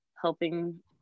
helping